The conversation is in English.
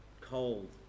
cold